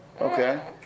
Okay